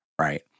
right